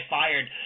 fired